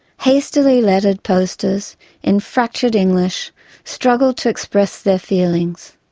hastily lettered posters in fractured english struggled to express their feelings.